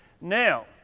Now